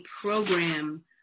program